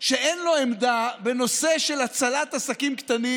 שאין לו עמדה בנושא של הצלת עסקים קטנים